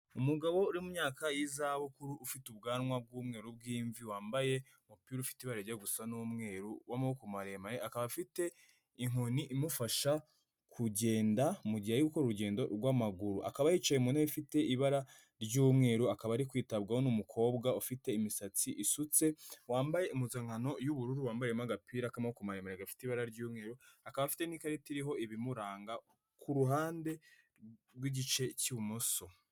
Umugabo uri mu myaka y'izabukuru ufite ubwanwa bw'umweru bw'imvi, wambaye umupira ufite ibara rijya gusa n'umweru w'amaboko maremare, akaba afite inkoni imufasha kugenda mu gihe ari gukora urugendo rw'amaguru. Akaba yicaye mu ntebe ifite ibara ry'umweru, akaba ari kwitabwaho n'umukobwa ufite imisatsi isutse, wambaye impuzankano y'ubururu, wambariyemo agapira k'amaboko maremare gafite ibara ry'umweru, akaba afite n'ikarita iriho ibimuranga ku ruhande rw'igice cy'ibumoso.